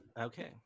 Okay